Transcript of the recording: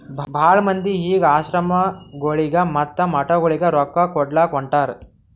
ಭಾಳ ಮಂದಿ ಈಗ್ ಆಶ್ರಮಗೊಳಿಗ ಮತ್ತ ಮಠಗೊಳಿಗ ರೊಕ್ಕಾ ಕೊಡ್ಲಾಕ್ ಹೊಂಟಾರ್